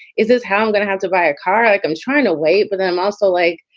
is this how i'm going to have to buy a car? like i'm trying to wait. but then i'm also like,